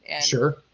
Sure